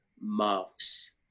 Muffs